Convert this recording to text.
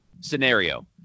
Scenario